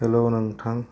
हेल' नोंथां